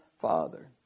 Father